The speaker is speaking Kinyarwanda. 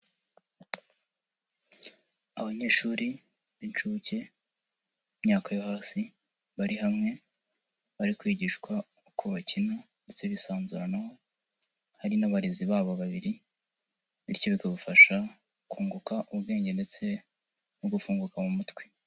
Abanyeshuri b'incuke imyaka yo hasi, bari hamwe bari kwigishwa uko bakina, ndetse bisanzuranaho hari n'abarezi babo babiri, bityo bikabafasha kunguka ubwenge, ndetse no gufunguka mu mutwe.